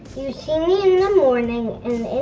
you see me in the morning,